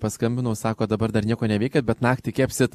paskambinau sakot dabar dar nieko neveikiat bet naktį kepsit